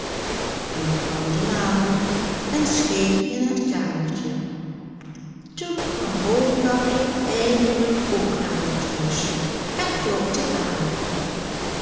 nu kwam de maan op en scheen in het kamertje toen kwam roodkapje eindelijk ook aan het huisje en klopte aan